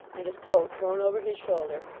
and his coat thrown over his shoulder,